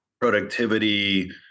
productivity